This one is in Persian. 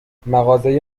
مغازه